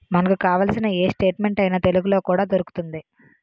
మనకు కావాల్సిన ఏ స్టేట్మెంట్ అయినా తెలుగులో కూడా దొరుకుతోంది